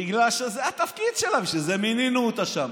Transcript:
בגלל שזה התפקיד שלה, בשביל זה מינינו אותה שם.